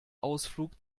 ausflug